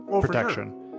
protection